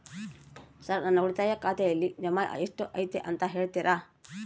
Sir ನನ್ನ ಉಳಿತಾಯ ಖಾತೆಯಲ್ಲಿ ಜಮಾ ಎಷ್ಟು ಐತಿ ಅಂತ ಹೇಳ್ತೇರಾ?